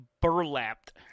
burlapped